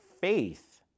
faith